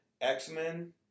X-Men